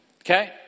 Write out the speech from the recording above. Okay